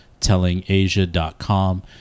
tellingasia.com